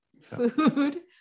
food